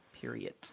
Period